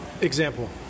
Example